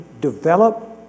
develop